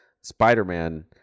Spider-Man